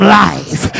life